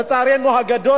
לצערנו הגדול,